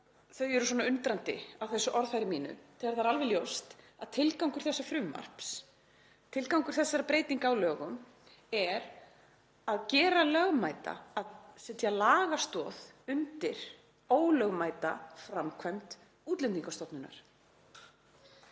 þau eru svona undrandi á þessu orðfæri mínu þegar það er alveg ljóst að tilgangur þessa frumvarps, tilgangur þessara breytinga á lögum, er að setja lagastoð undir ólögmæta framkvæmd Útlendingastofnunar.